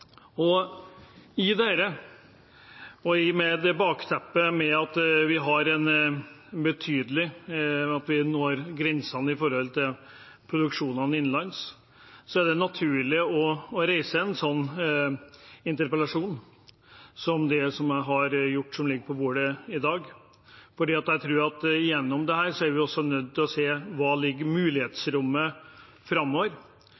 og ser at norsk fisk i både det nære og det fjerne utland er en merkevare som står veldig sterkt, og at vi med det bakteppet når grensene for produksjonen innenlands, er det naturlig å reise en sånn interpellasjonsdebatt som jeg gjør her i dag, for jeg tror at gjennom dette er vi også nødt til å se hva som ligger i mulighetsrommet framover.